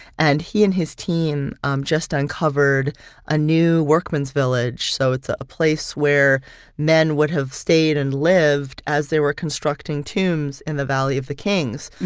and he and his team um just uncovered a new workman's village. so it's a a place where men would have stayed and lived as they were constructing tombs in the valley of the kings.